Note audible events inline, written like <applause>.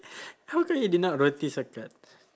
<breath> how come you did not notice the card